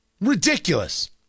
Ridiculous